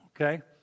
okay